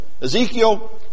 Ezekiel